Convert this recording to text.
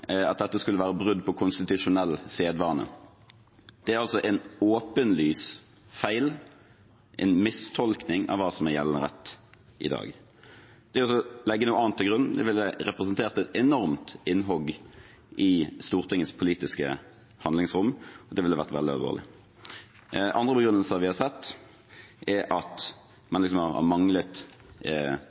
at dette skulle være brudd på konstitusjonell sedvane. Det er en åpenlys feil, en mistolkning av hva som er gjeldende rett i dag. Det å legge noe annet til grunn ville representert et enormt innhogg i Stortingets politiske handlingsrom, og det ville vært veldig alvorlig. Andre begrunnelser vi har sett, er at man har manglet